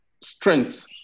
strength